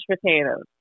potatoes